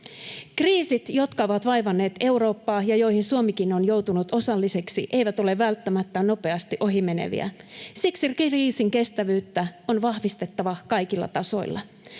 Kriisit, jotka ovat vaivanneet Eurooppaa ja joihin Suomikin on joutunut osalliseksi, eivät ole välttämättä nopeasti ohimeneviä. Siksi kriisinkestävyyttä on vahvistettava kaikilla tasoilla.